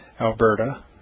Alberta